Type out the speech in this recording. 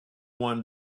one